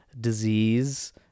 disease